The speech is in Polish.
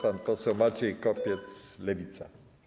Pan poseł Maciej Kopiec, Lewica.